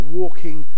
walking